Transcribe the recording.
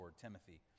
Timothy